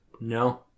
No